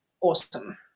awesome